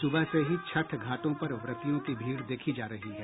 सुबह से ही छठ घाटों पर व्रतियों की भीड़ देखी जा रही है